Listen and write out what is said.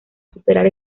superar